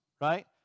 right